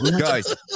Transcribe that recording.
guys